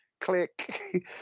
click